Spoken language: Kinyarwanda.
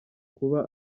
kuba